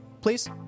please